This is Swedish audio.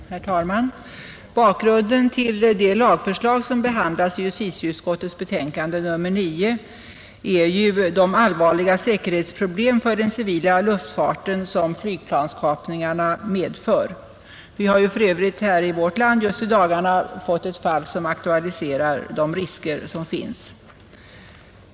Herr talman! Bakgrunden till de lagförslag som behandlas i justitieutskottets betänkande nr 9 är de allvarliga säkerhetsproblem för den civila luftfarten som flygplanskapningarna medför. Vi har för övrigt i vårt land just i dagarna fått ett fall som aktualiserar de risker som finns.